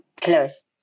close